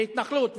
בהתנחלות,